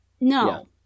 No